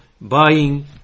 buying